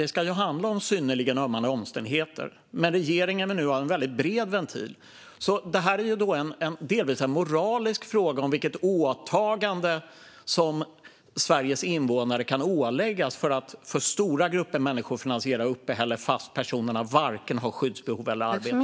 Det ska handla om synnerligen ömmande omständigheter, men regeringen vill nu ha en väldigt bred ventil. Detta är delvis en moralisk fråga om vilket åtagande som Sveriges invånare kan åläggas för att finansiera uppehället för stora grupper av människor fast personerna varken har skyddsbehov eller arbete.